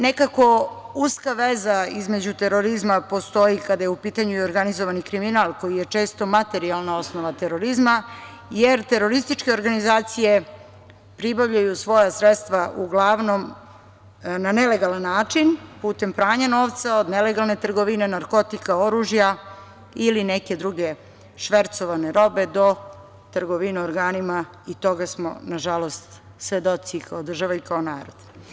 Nekako uska veza između terorizma postoji kada je u pitanju organizovani kriminal koji je često materijalna osnova terorizma, jer terorističke organizacije pribavljaju svoja sredstva uglavnom na nelegalan način putem pranja novca od nelegalne trgovine narkotika, oružja ili neke druge švercovane robe do trgovine organima i toga smo nažalost svedoci kao država i kao narod.